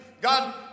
God